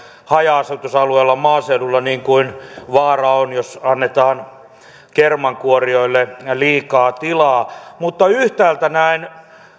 haja asutusalueella maaseudulla niin kuin vaara on jos annetaan kermankuorijoille liikaa tilaa mutta yhtäältä näen